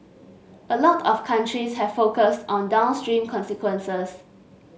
a lot of countries have focused on downstream consequences